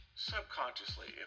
subconsciously